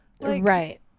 Right